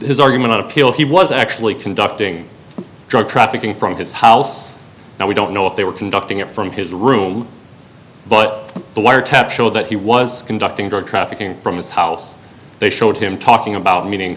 on appeal he was actually conducting drug trafficking from his house now we don't know if they were conducting it from his room but the wiretap showed that he was conducting drug trafficking from his house they showed him talking about meeting